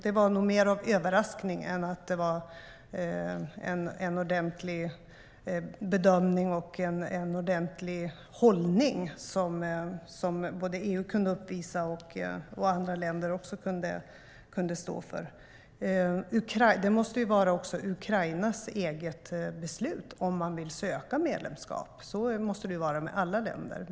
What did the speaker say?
Det var nog mer av överraskning än att det var en ordentlig bedömning och en ordentlig hållning som EU kunde uppvisa och andra länder också kunde stå för. Det måste vara Ukrainas eget beslut om man vill söka medlemskap. Så måste det vara med alla länder.